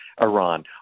Iran